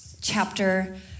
chapter